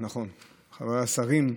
השרים.